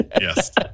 Yes